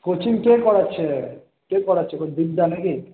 coaching কে করাচ্ছে কে করাচ্ছে বিদ্যা নাকি